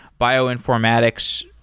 bioinformatics